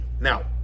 now